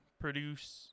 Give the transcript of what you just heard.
produce